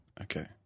Okay